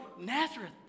Nazareth